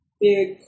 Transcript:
big